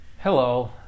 Hello